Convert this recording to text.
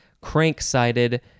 crank-sided